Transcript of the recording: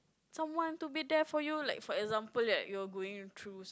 someone to be there for you like for example like you're going through some